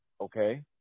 Okay